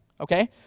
okay